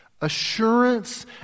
Assurance